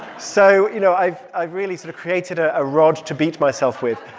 so, you know, i've i've really sort of created a ah rod to beat myself with.